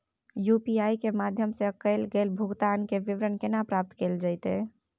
UPI के माध्यम सं कैल गेल भुगतान, के विवरण केना प्राप्त कैल जेतै?